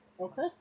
Okay